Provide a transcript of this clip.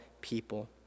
people